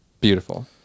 Beautiful